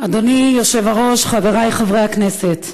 אדוני היושב-ראש, חברי חברי הכנסת,